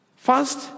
First